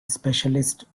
specialist